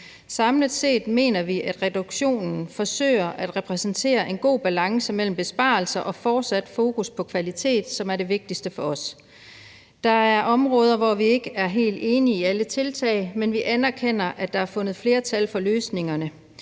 Samlet set mener vi, at reduktionen forsøger at ramme en god balance mellem besparelser og fortsat fokus på kvalitet, hvilket er det vigtigste for os. Der er områder, hvor vi ikke er helt enige i alle tiltag, men vi anerkender, at der er fundet flertal for løsningerne,